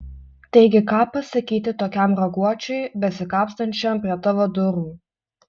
taigi ką pasakyti tokiam raguočiui besikapstančiam prie tavo durų